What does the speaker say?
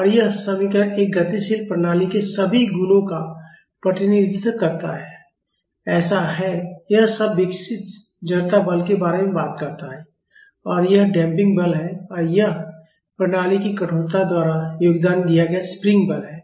और यह समीकरण एक गतिशील प्रणाली के सभी गुणों का प्रतिनिधित्व करता है ऐसा है यह शब्द विकसित जड़ता बल के बारे में बात करता है और यह डैम्पिंग बल है और यह प्रणाली की कठोरता द्वारा योगदान दिया गया स्प्रिंग बल है